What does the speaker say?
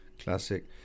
classic